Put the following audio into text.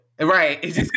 Right